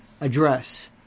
address